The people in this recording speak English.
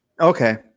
Okay